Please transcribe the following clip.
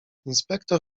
inspektor